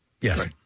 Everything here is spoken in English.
Yes